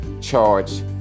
charge